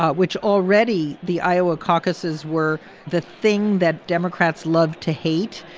ah which already the iowa caucuses were the thing that democrats love to hate.